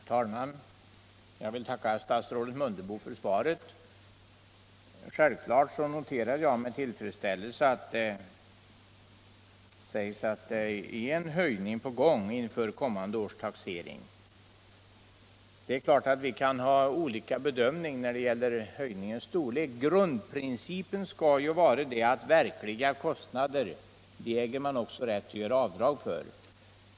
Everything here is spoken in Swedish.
Herr talman! Jag tackar statsrådet Mundebo för svaret. Självklart noterar jag med tillfredsställelse att en höjning är på gång inför kommande års taxering. Vi kan givetvis ha olika bedömningar av höjningens storlek. Grundprincipen skall emellertid vara att man äger rätt att göra avdrag för verkliga kostnader.